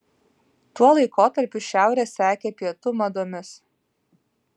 tuo laikotarpiu šiaurė sekė pietų madomis